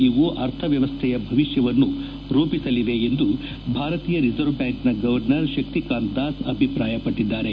ಇವು ಅರ್ಥವ್ವವಸ್ಥೆಯ ಭವಿಷ್ಠವನ್ನು ರೂಪಿಸಲಿವೆ ಎಂದು ಭಾರತೀಯ ರಿಸರ್ವ್ ಬ್ಯಾಂಕ್ನ ಗವರ್ನರ್ ಶಕ್ತಿ ಕಾಂತ್ ದಾಸ್ ಅಭಿಪ್ರಾಯಪಟ್ಟಿದ್ದಾರೆ